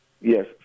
Yes